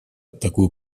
такую